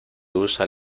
usa